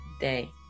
day